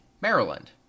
Maryland